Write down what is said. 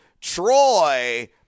Troy